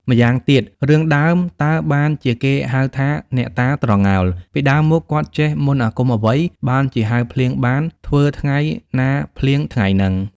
ម៉្យាងទៀត រឿងដើមតើបានជាគេហៅថា "អ្នកតាត្រងោល” ពីដើមមកគាត់ចេះ មន្តអាគមអ្វី បានជាហៅភ្លៀងបាន ធ្វើថ្ងៃ ណាភ្លៀងថ្ងៃហ្នឹង?។